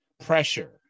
pressure